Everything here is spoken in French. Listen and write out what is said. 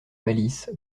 malice